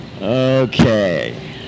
okay